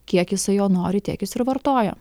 kiek jisai jo nori tiek jis ir vartoja